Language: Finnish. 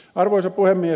arvoisa puhemies